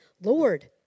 Lord